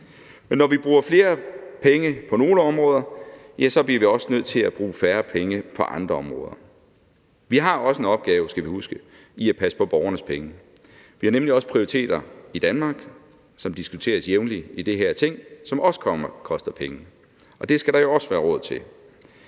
Men når vi bruger flere penge på nogle områder, bliver vi også nødt til at bruge færre penge på andre områder. Vi har også en opgave – skal vi huske – i at passe på borgernes penge. Vi har nemlig også prioriteter i Danmark, som diskuteres jævnligt i det her Ting, og som også koster penge, og det skal der jo også være råd til.